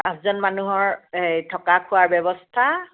পাঁচজন মানুহৰ সেই থকা খোৱা ব্যৱস্থা